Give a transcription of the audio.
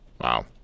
Wow